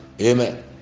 amen